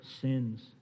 sins